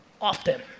often